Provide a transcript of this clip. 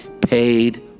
paid